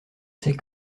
sais